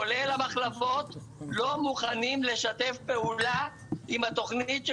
כולל המחלבות לא מוכנים לשתף פעולה עם התוכנית של